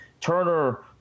Turner